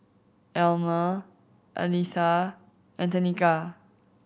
Almer Aletha and Tenika